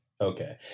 Okay